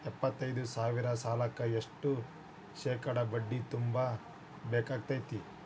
ಎಪ್ಪತ್ತೈದು ಸಾವಿರ ಸಾಲಕ್ಕ ಎಷ್ಟ ಶೇಕಡಾ ಬಡ್ಡಿ ತುಂಬ ಬೇಕಾಕ್ತೈತ್ರಿ?